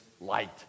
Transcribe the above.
light